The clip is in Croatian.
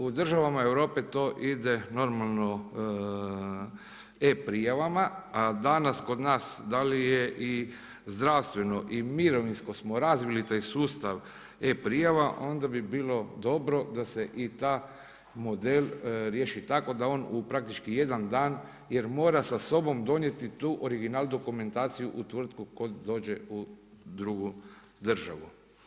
U državama Europe to ide normalno e prijavama, a danas kod nas da li je i zdravstveno i mirovinsko smo razvili taj sustav e prijava, onda bi bilo dobro da se i taj model riješi tako da on u praktički jedan dan, jer mora sa sobom donijeti tu original dokumentaciju u tvrtku u koju dođe u drugu državu.